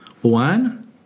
One